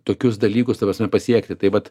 tokius dalykus ta prasme pasiekti tai vat